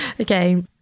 Okay